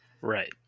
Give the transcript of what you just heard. Right